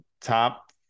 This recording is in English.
top